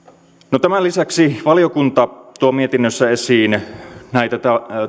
tämän lisäksi valiokunta tuo mietinnössä esiin näitä